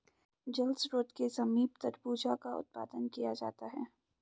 जल स्रोत के समीप तरबूजा का उत्पादन किया जाता है